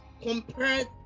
compared